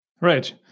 Right